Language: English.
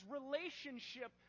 relationship